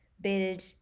build